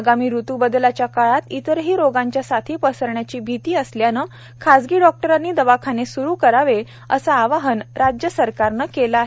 आगामी ऋत्बदलाच्या काळात इतरही रोगांच्या साथी पसरण्याची भीती असल्यानं खाजगी डॉक्टरांनी दवाखाने स्रु करावे असं आवाहन राज्यसरकारने केलं आहे